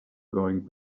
going